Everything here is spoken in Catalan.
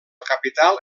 capital